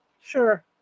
Sure